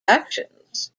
actions